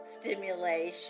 stimulation